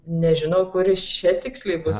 nežinau kuris čia tiksliai bus